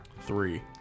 Three